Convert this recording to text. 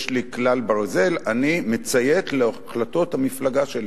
יש לי כלל ברזל: אני מציית להחלטות המפלגה שלי.